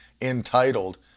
entitled